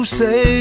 say